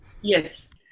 Yes